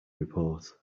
report